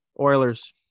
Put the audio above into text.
Oilers